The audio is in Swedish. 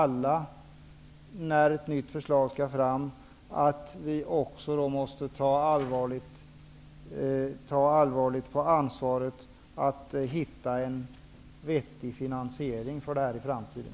När ett nytt förslag skall tas fram krävs det av oss alla att vi tar allvarligt på ansvaret att hitta en vettig finansiering inför framtiden.